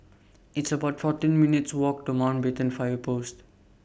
It's about fourteen minutes' Walk to Mountbatten Fire Post